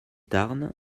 tarn